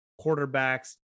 quarterbacks